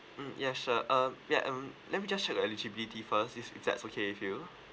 mm ya sure um ya um let me just check your eligibility first if if that's okay with you